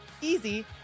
easy